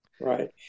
Right